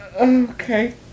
Okay